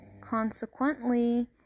Consequently